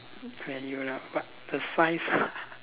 value lah but the size